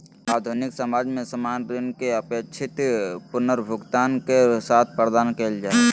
आधुनिक समाज में सामान्य ऋण के अपेक्षित पुनर्भुगतान के साथ प्रदान कइल जा हइ